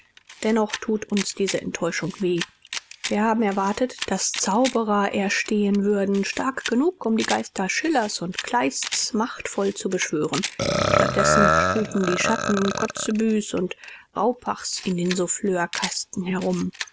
dennoch tut uns diese enttäuschung weh wir haben erwartet daß zauberer erstehen würden stark genug um die geister schillers und kleists machtvoll zu beschwören statt dessen spuken die schatten kotzebues und raupachs in den souffleurkasten herum